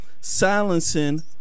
silencing